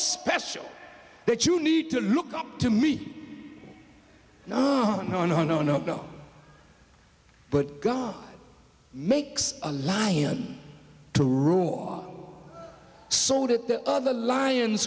special that you need to look up to me no no no no no but god makes a lion to rule on so did the other lions